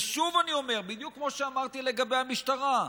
ושוב אני אומר, בדיוק כמו שאמרתי לגבי המשטרה: